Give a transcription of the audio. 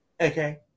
okay